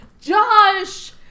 Josh